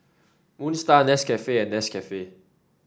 Moon Star Nescafe and Nescafe